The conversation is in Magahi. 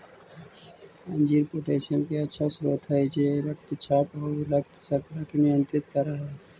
अंजीर पोटेशियम के अच्छा स्रोत हई जे रक्तचाप आउ रक्त शर्करा के नियंत्रित कर हई